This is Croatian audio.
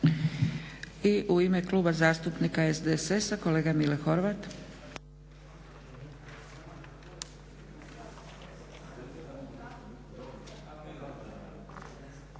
I u ime Kluba zastupnika SDSS-a kolega Mile Horvat.